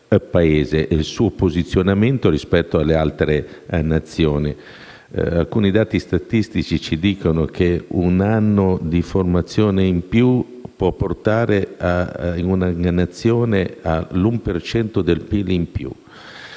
il suo posizionamento rispetto alle altre Nazioni. Alcuni dati statistici ci dicono che un anno di formazione in più può portare, in una nazione, all'uno per cento del PIL in più.